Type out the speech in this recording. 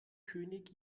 könig